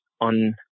on